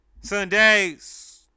Sundays